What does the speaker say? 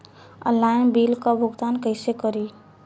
Online bill क भुगतान कईसे करी?